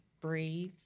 Breathe